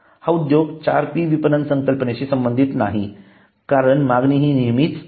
हा उद्योगात 4P विपणन संकल्पनेशी संबंधित नाहीत कारण मागणी हि नेहमीच असते